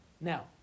Now